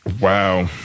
Wow